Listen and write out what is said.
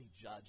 judge